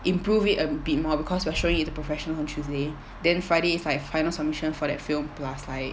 improve it a bit more because we're showing it to professional on tuesday then friday is like final submission for that film plus like